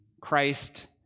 Christ